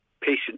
patient